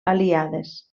aliades